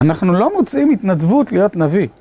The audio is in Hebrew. אנחנו לא מוצאים התנדבות להיות נביא.